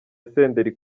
senderi